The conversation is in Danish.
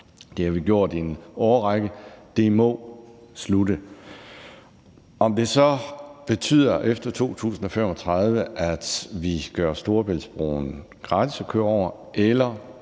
Det har vi gjort i en årrække, men det må slutte. Om det så efter 2035 betyder, at vi gør Storebæltsbroen gratis at køre over, eller